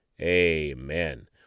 amen